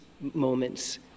moments